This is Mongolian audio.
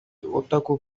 удаагүй